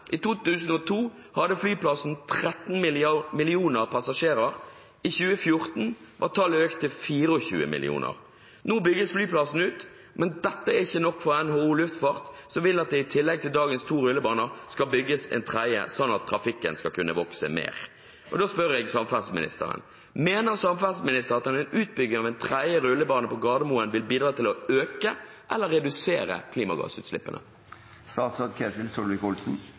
I 2002 hadde flyplassen 13 millioner passasjerer, i 2014 var tallet økt til 24 millioner. Nå bygges flyplassen ut. Men dette er ikke nok for NHO Luftfart, som vil at det i tillegg til dagens to rullebaner skal bygges en tredje, sånn at trafikken skal kunne vokse mer. Da spør jeg samferdselsministeren: Mener han at en utbygging av en tredje rullebane på Gardermoen vil bidra til å øke eller redusere klimagassutslippene?